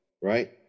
right